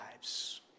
lives